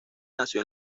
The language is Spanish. nació